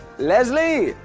leslie?